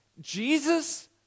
Jesus